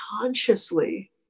consciously